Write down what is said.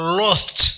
lost